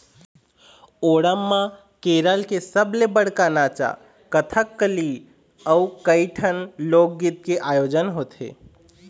ओणम म केरल के सबले बड़का नाचा कथकली अउ कइठन लोकगीत के आयोजन होथे